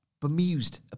bemused